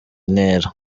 ntera